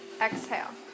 Exhale